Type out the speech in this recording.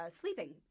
sleeping